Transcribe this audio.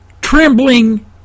trembling